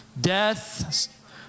Death